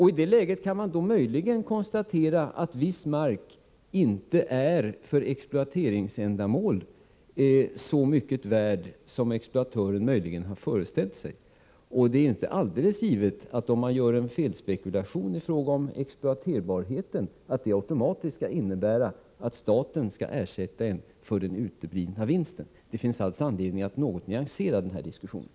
I det läget kan man kanske konstatera att viss mark inte är för exploateringsändamål så mycket värd som exploatören möjligen har föreställt sig. Om denne gör en felspekulation i fråga om exploateringsbarheten, är det inte alldeles givet att detta automatiskt innebär att staten skall ersätta honom för den uteblivna vinsten. Det finns alltså anledning att något nyansera den här diskussionen.